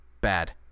bad